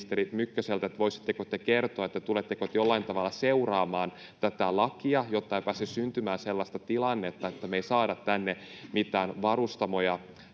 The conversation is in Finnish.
voisitteko te kertoa, tuletteko te jollain tavalla seuraamaan tätä lakia, jotta ei pääse syntymään sellaista tilannetta, että me ei saada tänne mitään varustamoja